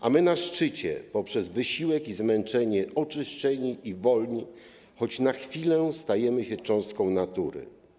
A my na szczycie, poprzez wysiłek i zmęczenie oczyszczeni i wolni, choć na chwilę stajemy się cząstką natury.